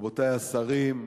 רבותי השרים,